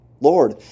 Lord